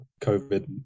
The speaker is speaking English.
COVID